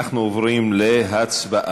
אנחנו עוברים להצבעה.